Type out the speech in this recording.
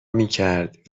میکرد